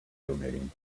donating